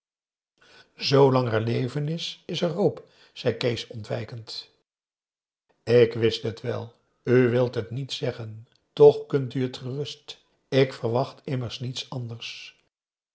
zoolang er leven is is er hoop zei kees ontwijkend ik wist het wel u wilt het niet zeggen toch kunt u het gerust ik verwacht immers niets anders